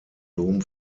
dom